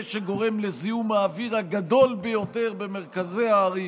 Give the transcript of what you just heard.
שגורם לזיהום האוויר הגדול ביותר במרכזי הערים,